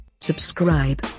Subscribe